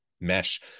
mesh